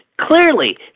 Clearly